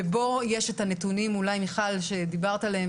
ובו יש את הנתונים שדיברת עליהם,